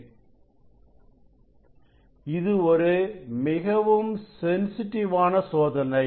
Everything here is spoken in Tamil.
this very sensitive experiment but it is very nice experiment and very accurately one can இது ஒரு மிகவும் சென்சிட்டிவான சோதனை